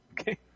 Okay